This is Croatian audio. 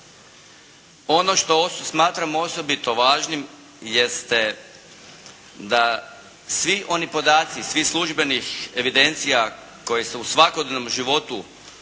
Ono što smatram osobito važnim jeste da svi oni podaci, svih službenih evidencija koje se u svakodnevnom životu